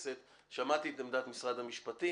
שמעתי את עמדת משרד המשפטים